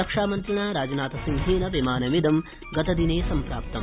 रक्षामन्त्रिणा राजनाथसिंहेन विमानमिदं सम्प्राप्तम्